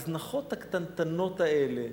ההזנחות הקטנטנות האלה,